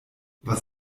was